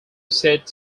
seat